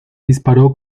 disparó